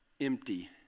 empty